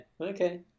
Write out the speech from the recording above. Okay